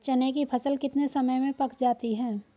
चने की फसल कितने समय में पक जाती है?